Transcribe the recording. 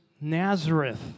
nazareth